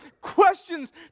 questions